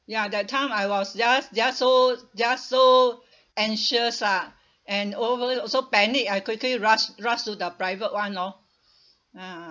ya that time I was just just so just so anxious lah and overly so panic I quickly rush rush to the private [one] lor ah